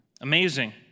Amazing